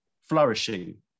flourishing